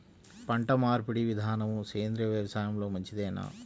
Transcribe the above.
పంటమార్పిడి విధానము సేంద్రియ వ్యవసాయంలో మంచిదేనా?